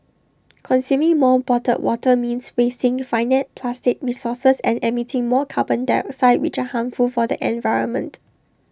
consuming more bottled water means wasting finite plastic resources and emitting more carbon dioxide which are harmful for the environment